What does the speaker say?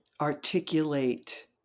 articulate